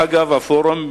אף-על-פי שהפורום,